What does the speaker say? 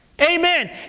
Amen